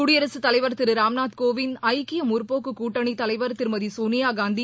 குடியரசுத்தலைவர் திரு ராம்நாத் கோவிந்த் ஐக்கிய முற்போக்கு கூட்டணி தலைவர் திருமதி சோனியா காந்தி